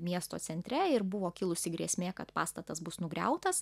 miesto centre ir buvo kilusi grėsmė kad pastatas bus nugriautas